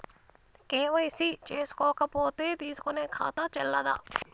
KYC చేసుకోకపోతే తీసుకునే ఖాతా చెల్లదా?